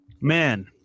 Man